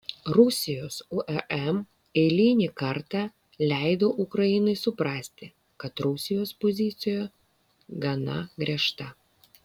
rusijos urm eilinį kartą leido ukrainai suprasti kad rusijos pozicija gana griežta